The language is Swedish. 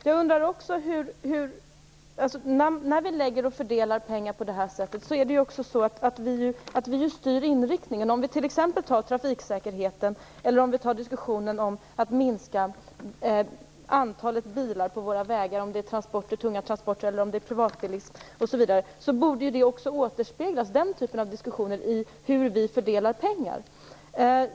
Jag undrar också över att vi, när vi fördelar pengar på det här sättet, också styr inriktningen. Om vi som exempel tar trafiksäkerheten eller diskussionen om att minska antalet bilar på våra vägar, tunga transporter eller privatbilism, borde den typen av diskussion också återspeglas i hur vi fördelar pengar.